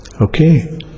Okay